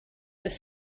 was